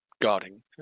guarding